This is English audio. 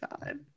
God